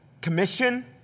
commission